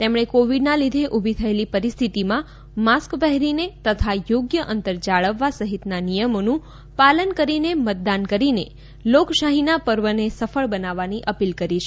તેમણે કોવિડના લીધે ઊભી થયેલી પરિસ્થિતિમાં માસ્ક પહેરીને તથા યોગ્ય અંતર જાળવવા સહિતના નિયમોનું પાલન કરીને મતદાન કરીને લોકશાહીના પર્વને સફળ બનાવવાની અપીલ કરી છે